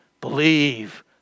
Believe